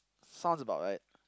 sounds about right